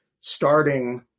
starting